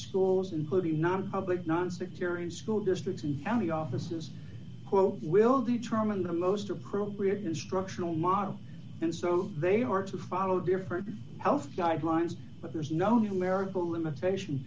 schools including nonpublic nonsectarian school districts and county offices quote will determine the most appropriate instructional model and so they are to hello different health guidelines but there's no numerical limitation